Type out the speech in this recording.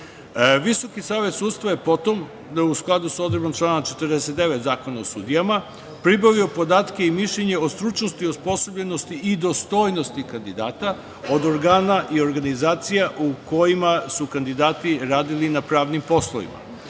savet sudstva je potom, u skladu sa odredbom člana 49. Zakona o sudijama, pribavio podatke i mišljenje o stručnosti, osposobljenosti i dostojnosti kandidata, od organa i organizacija u kojima su kandidati radili na pravnim poslovima.